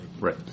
Right